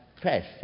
press